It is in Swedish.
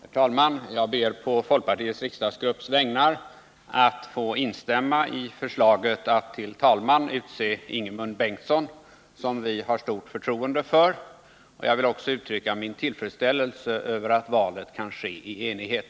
Herr talman! Jag ber på folkpartiets riksdagsgrupps vägnar att få instämma i förslaget att till talman utse Ingemund Bengtsson, som vi har stort förtroende för. Jag vill också uttrycka min tillfredsställelse över att valet kan ske i enighet.